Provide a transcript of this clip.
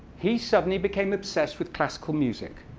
he suddenly became obsessed with classical music.